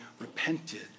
repented